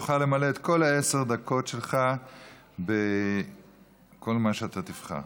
תוכל למלא את כל עשר הדקות שלך בכל מה שאתה תבחר.